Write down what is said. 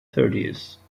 thirties